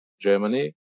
Germany